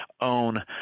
own